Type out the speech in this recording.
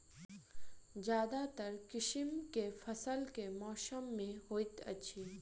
ज्यादातर किसिम केँ फसल केँ मौसम मे होइत अछि?